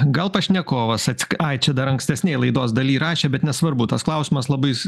gal pašnekovas ats ai čia dar ankstesnėj laidos daly rašė bet nesvarbu tas klausimas labai s